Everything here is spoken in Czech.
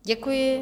Děkuji.